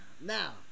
Now